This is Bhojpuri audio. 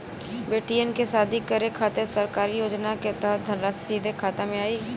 बेटियन के शादी करे के खातिर सरकारी योजना के तहत धनराशि सीधे खाता मे आई?